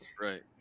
Right